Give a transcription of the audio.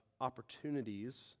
opportunities